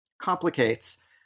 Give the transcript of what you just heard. complicates